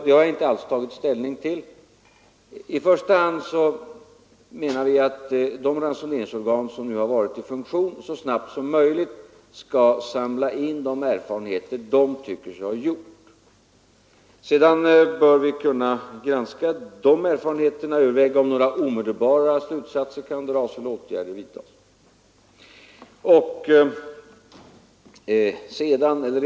Det har vi inte alls tagit ställning till. Först skall, menar vi, de ransoneringsorgan som nu varit i funktion så snabbt som möjligt samla in de erfarenheter de tycker sig ha gjort. Sedan bör vi kunna granska dessa erfarenheter och överväga om man kan dra några slutsatser eller vidta några åtgärder omedelbart.